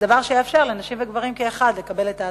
דבר שיאפשר לנשים וגברים כאחד לקבל את ההטבה.